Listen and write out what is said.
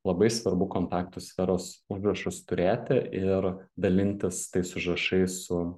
labai svarbu kontaktų sferos užrašus turėti ir dalintis tais užrašais su